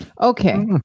Okay